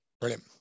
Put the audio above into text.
brilliant